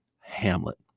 Hamlet